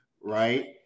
right